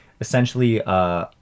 essentially